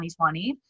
2020